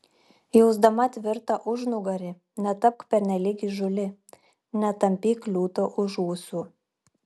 jausdama tvirtą užnugarį netapk pernelyg įžūli netampyk liūto už ūsų